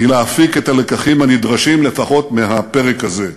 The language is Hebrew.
הן להפיק את הלקחים הנדרשים לפחות מהפרק הזה.